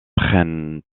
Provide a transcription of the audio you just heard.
prennent